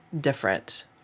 different